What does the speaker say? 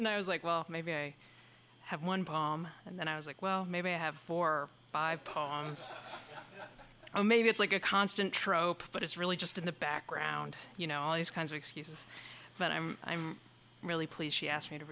and i was like well maybe i have one bomb and then i was like well maybe i have four or five poems oh maybe it's like a constant trope but it's really just in the background you know all these kinds of excuses but i'm i'm really pleased she asked me to